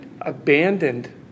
abandoned